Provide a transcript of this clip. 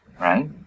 Right